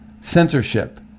censorship